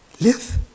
live